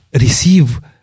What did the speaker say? receive